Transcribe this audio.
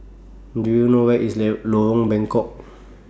Do YOU know Where IS let Lorong Bengkok